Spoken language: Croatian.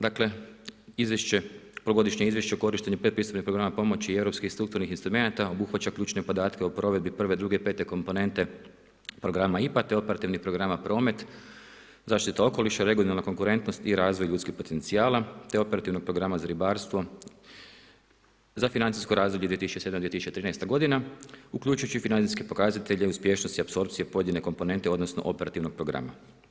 Dakle izvješće, polugodišnje Izvješće o korištenju predpristupnih programa pomoći i europskih strukturnih instrumenata obuhvaća ključne podatke o provedbi prve, druge, pete komponente program IPA, te operativnih programa promet, zaštita okoliša, regionalna konkurentnost i razvoj ljudskih potencijala, te operativnog programa za ribarstvo za financijsko razdoblje 2007.-2013. godina uključujući i financijske pokazatelje uspješnosti apsorpcije pojedine komponente odnosno operativnog programa.